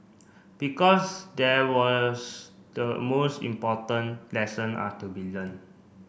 because there was the most important lesson are to be learnt